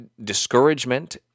discouragement